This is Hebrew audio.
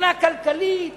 מבחינה כלכלית